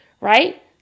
right